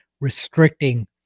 restricting